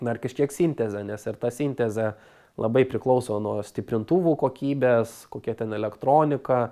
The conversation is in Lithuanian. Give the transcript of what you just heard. dar kažkiek sintezę nes ir ta sintezė labai priklauso nuo stiprintuvų kokybės kokia ten elektronika